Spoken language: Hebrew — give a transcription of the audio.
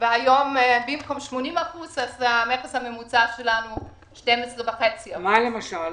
והיום במקום 80% אז המכס הממוצע שלנו הוא 12.5%. מה למשל?